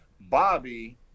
Bobby